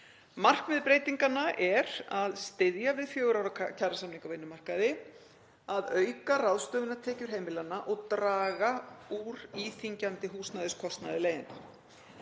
Markmið breytinganna er að styðja við fjögurra ára kjarasamninga á vinnumarkaði, að auka ráðstöfunartekjur heimilanna og draga úr íþyngjandi húsnæðiskostnaði